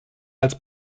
als